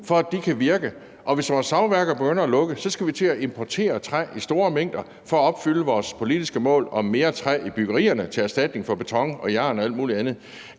for at de kan virke. Og hvis vores savværker begynder at lukke, skal vi til at importere træ i store mængder for at opfylde vores politiske mål om mere træ i byggerierne som erstatning for beton, jern og alt muligt andet.